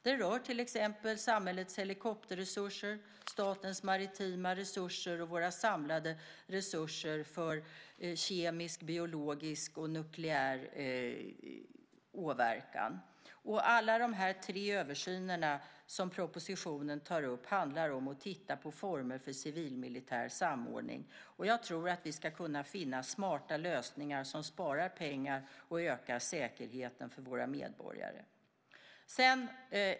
Det rör till exempel samhällets helikopterresurser, statens maritima resurser och våra samlade resurser för kemisk, biologisk och nukleär åverkan. Alla dessa tre översyner som tas upp i propositionen handlar om att titta på former för civil-militär samordning. Jag tror att vi ska kunna finna smarta lösningar som sparar pengar och ökar säkerheten för våra medborgare.